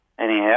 anyhow